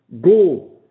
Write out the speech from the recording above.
go